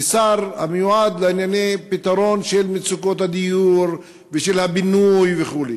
את השר המיועד לענייני פתרון מצוקות הדיור והבינוי וכו'.